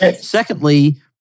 Secondly